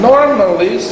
Normally